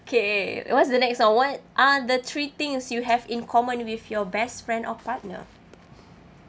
okay what's the next [one] what are the three things you have in common with your best friend or partner